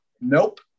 Nope